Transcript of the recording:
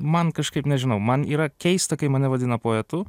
man kažkaip nežinau man yra keista kai mane vadina poetu